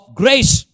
grace